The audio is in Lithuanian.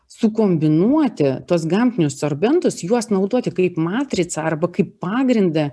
sukombinuoti tuos gamtinius sorbentus juos naudoti kaip matricą arba kaip pagrindą